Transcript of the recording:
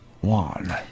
one